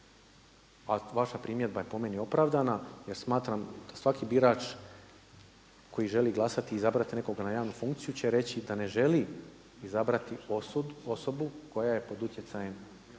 a vaša primjedba je po meni opravdana jer smatram da svaki birač koji želi glasati i izabrati nekoga na javnu funkciju će reći da ne želi izabrati osobu koja je pod utjecajem